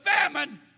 famine